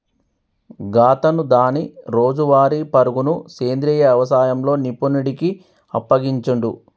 గాతను దాని రోజువారీ పరుగును సెంద్రీయ యవసాయంలో నిపుణుడికి అప్పగించిండు